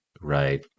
right